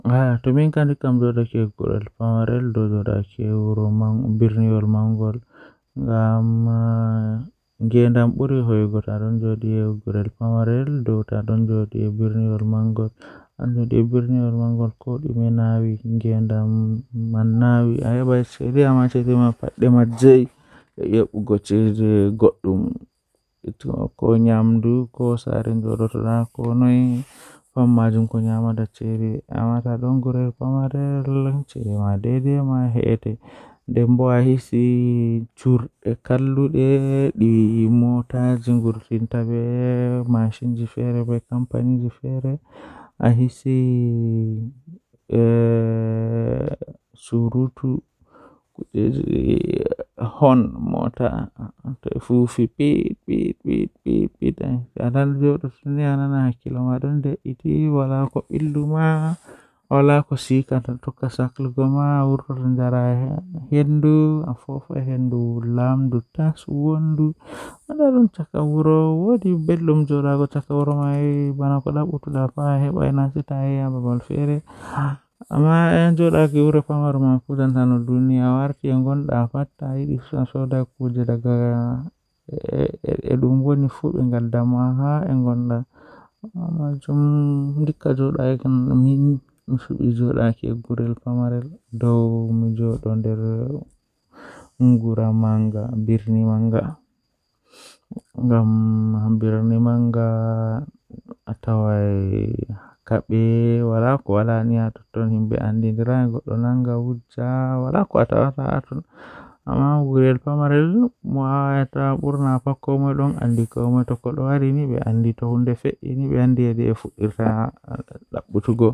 Jokkondir yiɓɓe e caɗeele ngam sabu, miɗo njiddaade nder temperature ngal ɗum waawataa kadi ngam waɗtude pants ɗee. Njidi pants ngal e bismila sabu nguurndam. Walla jokkondir iron ngal e sabu so tawii njillataa njiddude e siki. Njiddaade kaŋko he pants ngal ɗum njiddude nder sabu ɗiɗi, ko ngam njiddaade kaŋko ndaarayde.